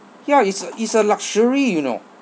ya it's a it's a luxury you know